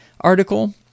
article